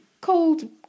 cold